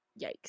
yikes